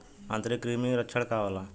आंतरिक कृमि के लक्षण का होला?